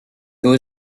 there